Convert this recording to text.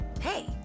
Hey